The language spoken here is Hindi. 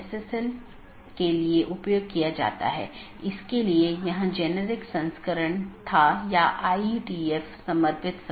यदि स्रोत या गंतव्य में रहता है तो उस विशेष BGP सत्र के लिए ट्रैफ़िक को हम एक स्थानीय ट्रैफ़िक कहते हैं